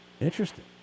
Interesting